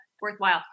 worthwhile